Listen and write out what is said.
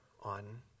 on